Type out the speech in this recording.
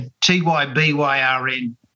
T-Y-B-Y-R-N